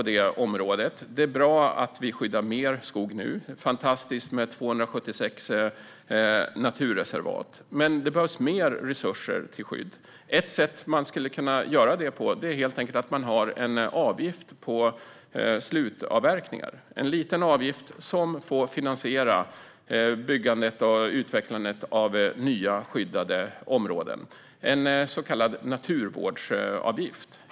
Det är bra att vi skyddar mer skog nu - det är fantastiskt med 276 naturreservat. Men det behövs mer resurser till skydd. Ett sätt som man skulle kunna göra detta på är genom att införa en avgift på slutavverkning - en liten avgift som får finansiera byggandet och utvecklandet av nya skyddade områden. Detta skulle vara en så kallad naturvårdsavgift.